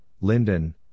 Linden